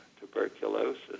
tuberculosis